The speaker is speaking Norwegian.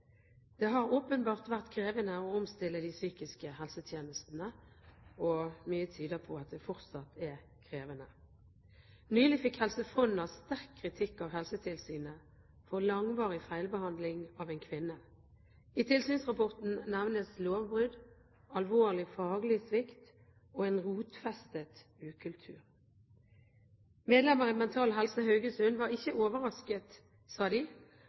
Det har åpenbart vært krevende å omstille de psykiske helsetjenestene, og mye tyder på at det fortsatt er krevende. Nylig fikk Helse Fonna sterk kritikk av Helsetilsynet for langvarig feilbehandling av en kvinne. I tilsynsrapporten nevnes lovbrudd, alvorlig faglig svikt og en rotfestet ukultur. Medlemmer i Mental Helse Haugesund var ikke overrasket, og de